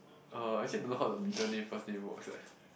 uh actually don't know how the middle name first name works eh